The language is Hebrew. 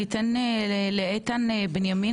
אתן את זכות הדיבור לאיתן בנימין,